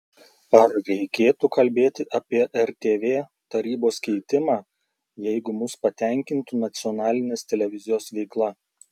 ar reikėtų kalbėti apie rtv tarybos keitimą jeigu mus patenkintų nacionalinės televizijos veikla